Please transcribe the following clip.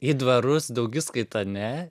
į dvarus daugiskaita ne